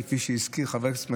כפי שהזכיר חבר הכנסת מישרקי,